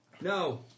No